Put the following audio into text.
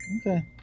Okay